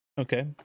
Okay